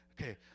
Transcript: Okay